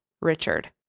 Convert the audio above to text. Richard